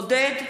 עודד פורר,